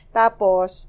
tapos